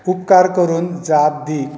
उपकार करून जाप दी